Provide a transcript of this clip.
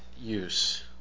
use